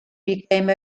became